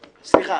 סליחה,